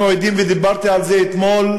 אנחנו עדים, ודיברתי על זה אתמול,